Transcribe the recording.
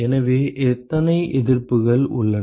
எனவே எத்தனை எதிர்ப்புகள் உள்ளன